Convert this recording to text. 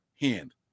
hand